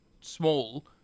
small